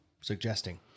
suggesting